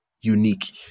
unique